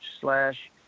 slash